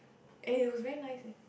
eh it was very nice eh